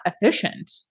efficient